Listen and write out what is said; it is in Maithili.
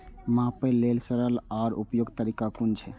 मापे लेल सरल आर उपयुक्त तरीका कुन छै?